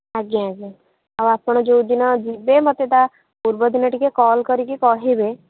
ଆଜ୍ଞା ଆଜ୍ଞା ଆଉ ଆପଣ ଯେଉଁ ଦିନ ଯିବେ ମୋତେ ତା' ପୂର୍ବ ଦିନ ଟିକିଏ କଲ୍ କରିକି କହିବେ